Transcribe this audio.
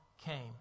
came